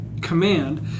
command